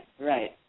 right